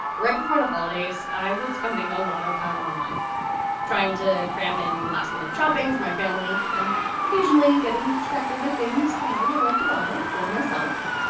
right before the holidays, i was spending a lot of time online trying to cram in last minute shopping for my family and occasionally getting distracted by things that i would like to buy for myself.